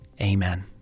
amen